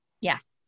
Yes